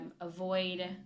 avoid